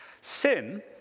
Sin